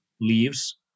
leaves